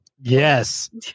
Yes